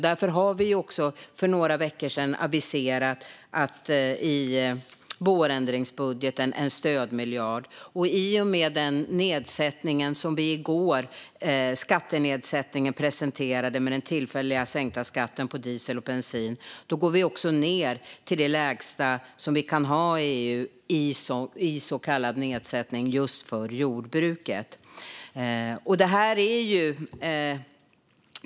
Därför aviserade vi för några veckor sedan en stödmiljard i vårändringsbudgeten, och i och med den skattenedsättning och den tillfälliga skattesänkning på diesel och bensin som vi presenterade i går har vi gått ned till den lägsta så kallade nedsättning som vi kan ha i EU för just jordbruket.